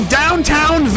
downtown